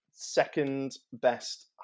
second-best